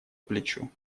плечу